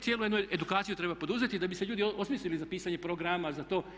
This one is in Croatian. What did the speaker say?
Cijelu jednu edukaciju treba poduzeti da bi se ljudi osmislili za pisanje programa, za to.